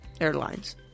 Airlines